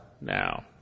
now